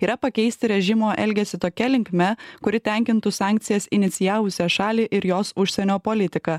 yra pakeisti režimo elgesį tokia linkme kuri tenkintų sankcijas inicijavusią šalį ir jos užsienio politiką